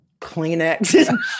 Kleenex